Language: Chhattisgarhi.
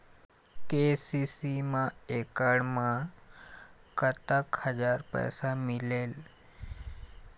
के.सी.सी मा एकड़ मा कतक हजार पैसा मिलेल?